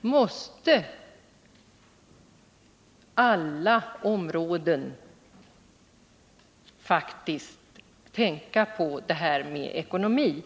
måste man faktiskt inom alla områden tänka på detta med ekonomin.